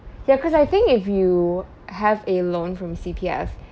ya cause I think if you have a loan from C_P_F